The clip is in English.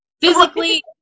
Physically